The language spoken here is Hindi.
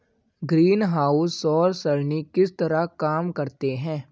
ग्रीनहाउस सौर सरणी किस तरह काम करते हैं